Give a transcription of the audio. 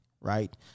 Right